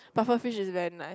pufferfish is very nice